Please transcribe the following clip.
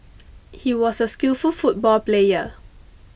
he was a skillful football player